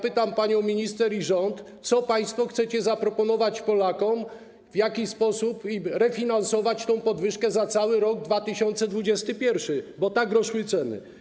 Pytam panią minister i rząd, co państwo chcecie zaproponować Polakom, w jaki sposób refinansować tę podwyżkę za cały rok 2021, bo tak rosły ceny.